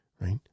Right